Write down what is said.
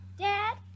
Dad